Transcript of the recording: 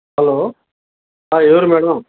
hello ఎవరు madam